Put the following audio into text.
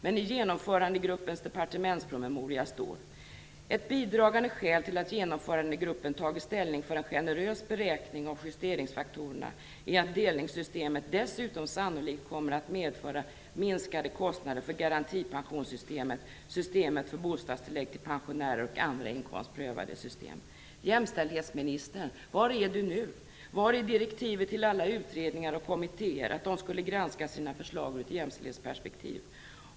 Men i genomförandegruppens departementspromemoria står: Ett bidragande skäl till att genomförandegruppen tagit ställning för en generös beräkning av justeringsfaktorerna är att delningssystemet dessutom sannolikt kommer att medföra minskade kostnader för garantipensionssystemet, systemet för bostadstillägg för pensionärer och andra inkomstprövade system. Jämställdhetsministern, var är du nu? Var är direktivet till alla utredningar och kommittéer om att de skulle granska sina förslag ur ett jämställdhetsperspektiv?